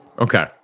Okay